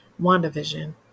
WandaVision